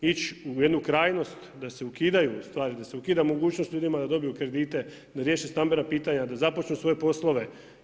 Ići u jednu krajnost, da se ukidaju, ustavi da se ukida mogućnost ljudima da dobiju kredite, da riješe stambena pitanja, da započnu svoje poslove.